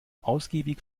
ausgiebig